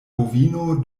bovino